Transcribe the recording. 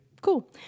Cool